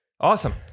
Awesome